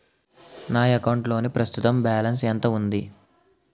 నా అకౌంట్ లోని ప్రస్తుతం బాలన్స్ ఎంత ఉంది?